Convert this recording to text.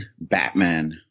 batman